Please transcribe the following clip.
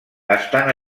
estan